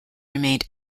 remained